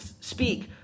speak